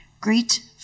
Greet